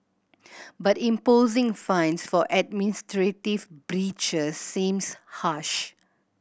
but imposing fines for administrative breaches seems harsh